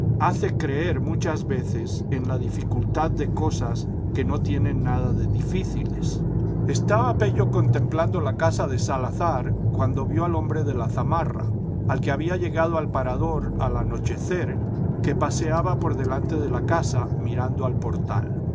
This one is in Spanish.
hace creer muchas veces en la dificultad de cosas que no tienen nada de difíciles estaba pello contemplando la casa de salazar cuando vio al hombre de la zamarra al que había llegado al parador al anochecer que paseaba por delante de la casa mirando al portal